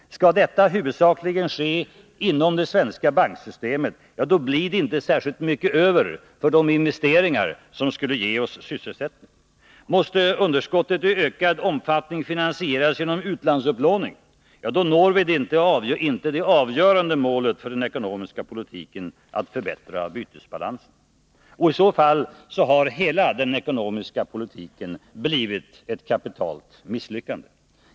Skall detta huvudsakligen ske inom det svenska banksystemet, blir det inte särskilt mycket pengar över för de investeringar som skulle ge oss sysselsättning. Måste underskottet i ökad omfattning finansieras genom utlandsupplåning, når vi inte det avgörande målet för den ekonomiska politiken att förbättra bytesbalansen. I så fall har hela den ekonomiska politiken blivit ett kapitalt misslyckande.